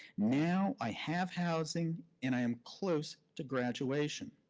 now i have housing and i am close to graduation.